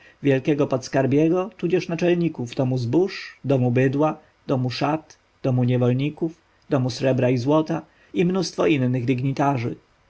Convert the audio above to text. wielkiego podskarbiego tudzież naczelników domu zbóż domu bydła domu szat domu niewolników domu srebra i złota i mnóstwo innych dygnitarzy